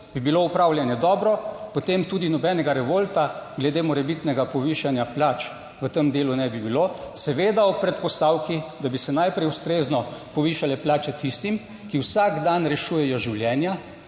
bi bilo upravljanje dobro, potem tudi nobenega revolta glede morebitnega povišanja plač v tem delu ne bi bilo, seveda ob predpostavki, da bi se najprej ustrezno povišale plače tistim, ki vsak dan rešujejo življenja